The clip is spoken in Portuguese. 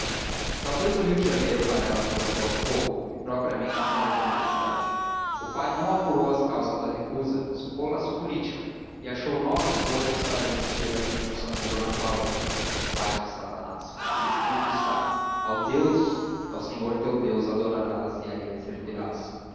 talvez o rio de janeiro para ela fosse botafogo e propriamente a casa de natividade o pai não apurou as causas da recusa supô las políticas e achou novas forças para resistir às tentações de d cláudia vai-te satanás porque escrito está ao senhor teu deus adorarás e a ele servirás